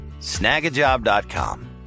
snagajob.com